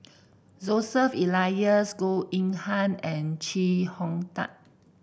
Joseph Elias Goh Yihan and Chee Hong Tat